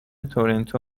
تورنتو